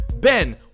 Ben